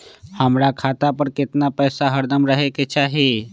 हमरा खाता पर केतना पैसा हरदम रहे के चाहि?